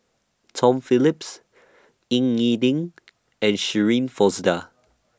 Tom Phillips Ying E Ding and Shirin Fozdar